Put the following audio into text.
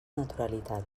naturalitat